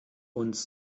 uns